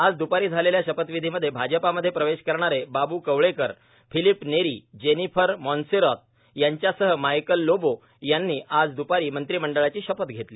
आज दपारी झालेल्या शपथविधीमध्ये आजपामध्ये प्रवेश करणारे बाबू कवळेकर फिलीप नेरी जेनिफर मोन्सेरात यांच्यासह मायकल लोबो यांनी आज द्पारी मंत्रिपदाची शपथ घेतली